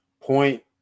point